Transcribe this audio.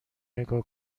نگاه